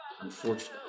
Unfortunately